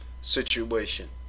situation